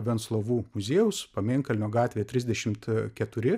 venclovų muziejaus pamėnkalnio gatvė trisdešimt keturi